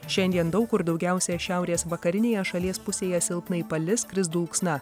šiandien daug kur daugiausiai šiaurės vakarinėje šalies pusėje silpnai palis kris dulksna